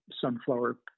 sunflower